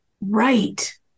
Right